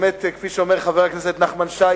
כפי שאומר פה חבר הכנסת שי,